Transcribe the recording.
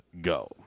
go